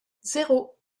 zéro